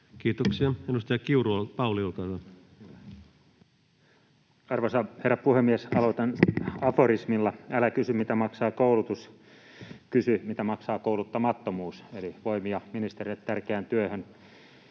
Kiitoksia. — Edustaja Kiuru, Pauli, olkaa hyvä. Arvoisa herra puhemies! Aloitan aforismilla: ”Älä kysy, mitä maksaa koulutus. Kysy, mitä maksaa kouluttamattomuus.” Eli voimia ministerille tärkeään työhön.